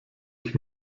ich